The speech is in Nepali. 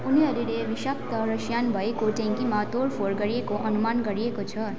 उनीहरूले विषाक्त रसायन भएको ट्याङ्कीमा तोड फोड गरेको अनुमान गरिएको छ